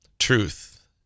truth